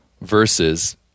versus